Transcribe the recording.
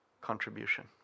contribution